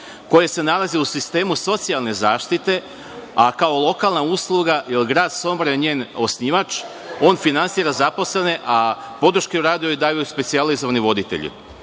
koja se nalazi u sistemu socijalne zaštite, a kao lokalna usluga, jer grad Sombor je njen osnivač, on finansira zaposlene, a podršku je uradio i daju joj specijalizovani voditelji.